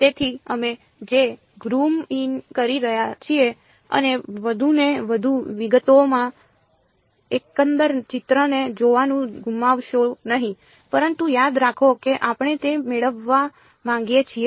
તેથી અમે જે ઝૂમ ઇન કરી રહ્યા છીએ અને વધુને વધુ વિગતોમાં એકંદર ચિત્રને જોવાનું ગુમાવશો નહીં પરંતુ યાદ રાખો કે આપણે તે મેળવવા માંગીએ છીએ